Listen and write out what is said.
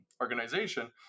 organization